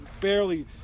Barely